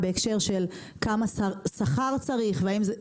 והאם צריך פי 3 מהשכר הממוצע במשק או פחות.